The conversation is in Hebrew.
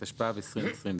התשפ״ב-2022.